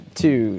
two